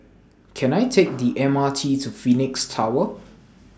Can I Take The M R T to Phoenix Tower